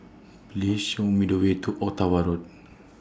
Please Show Me The Way to Ottawa Road